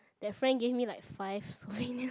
that friend gave me like five souvenirs